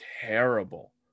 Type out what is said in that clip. terrible